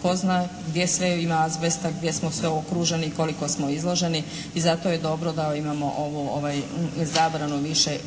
Tko zna gdje sve ima azbesta, gdje smo sve okruženi i koliko smo izloženi i zato je dobro da imamo ovu zabranu više